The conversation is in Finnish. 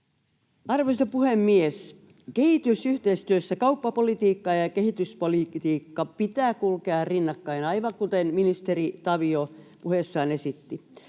Arvoisa puhemies! Kehitysyhteistyössä kauppapolitiikan ja kehityspolitiikan pitää kulkea rinnakkain, aivan kuten ministeri Tavio puheessaan esitti.